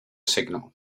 signal